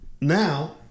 Now